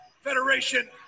Federation